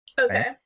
Okay